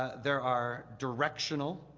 there are directional